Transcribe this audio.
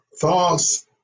thoughts